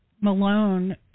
Malone